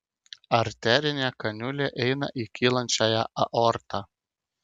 arterinė kaniulė eina į kylančiąją aortą